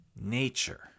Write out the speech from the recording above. nature